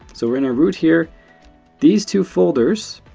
so we're in our root here these two folders